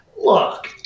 Look